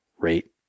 rate